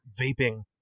vaping